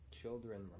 children